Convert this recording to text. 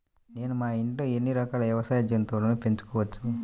నేను మా ఇంట్లో ఎన్ని రకాల వ్యవసాయ జంతువులను పెంచుకోవచ్చు?